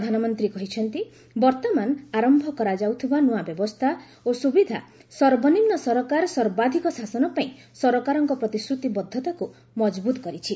ପ୍ରଧାନମନ୍ତ୍ରୀ କହିଛନ୍ତି ବର୍ତ୍ତମାନ ଆରମ୍ଭ କରାଯାଉଥିବା ନୂଆ ବ୍ୟବସ୍ଥା ଓ ସୁବିଧା ସର୍ବନିମ୍ନ ସରକାର ସର୍ବାଧିକ ଶାସନ ପାଇଁ ସରକାରଙ୍କ ପ୍ରତିଶ୍ରତିବଦ୍ଧତାକୁ ମଜବୁତ କରିଛି